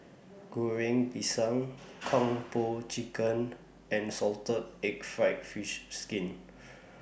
Goreng Pisang Kung Po Chicken and Salted Egg Fried Fish Skin